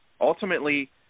Ultimately